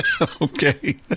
Okay